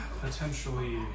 potentially